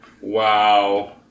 Wow